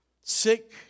sick